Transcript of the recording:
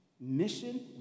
Mission